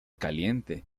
caliente